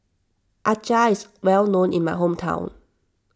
Acar is well known in my hometown